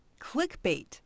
Clickbait